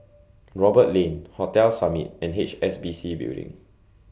Roberts Lane Hotel Summit and H S B C Building